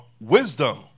wisdom